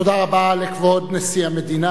תודה רבה לכבוד נשיא המדינה.